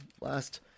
last